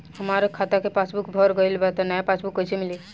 हमार खाता के पासबूक भर गएल बा त नया पासबूक कइसे मिली?